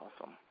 Awesome